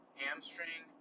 hamstring